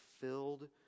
filled